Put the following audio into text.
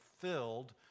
filled